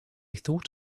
thought